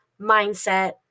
mindset